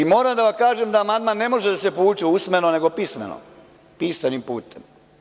Moram da vam kažem da amandman ne može da se povuče usmeno, nego pismeno, pisanim putem.